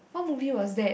what movie was that